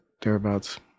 thereabouts